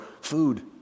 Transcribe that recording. food